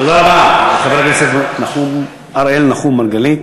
תודה רבה לחבר הכנסת אראל מרגלית.